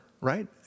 right